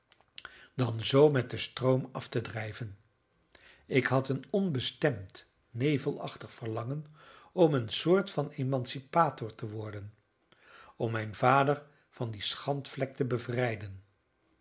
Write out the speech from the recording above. dan zoo met den stroom af te drijven ik had een onbestemd nevelachtig verlangen om een soort van emancipator te worden om mijn vader van die schandvlek te bevrijden